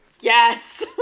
Yes